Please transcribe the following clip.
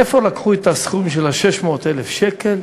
מאיפה לקחו את הסכום של 600,000 השקל